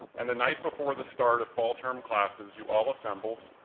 and the night before the start of fall term classes, you all assembled,